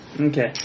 Okay